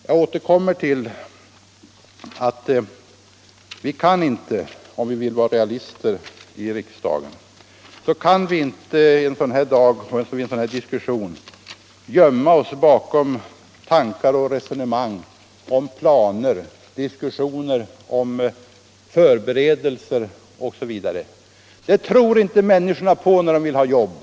Jag återkommer till att om vi vill vara realister i riksdagen, så kan vi inte i en sådan här diskussion gömma oss bakom tankar och resonemang om planer, diskussioner om förberedelser osv. Det tror inte människorna på, när de vill ha jobb.